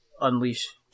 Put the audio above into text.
unleash